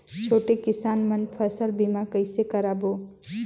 छोटे किसान मन फसल बीमा कइसे कराबो?